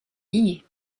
billets